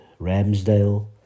Ramsdale